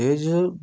ییٖزیٚو